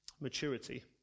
maturity